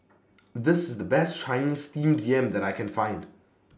This IS The Best Chinese Steamed Yam that I Can Find